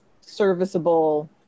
serviceable